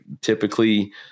typically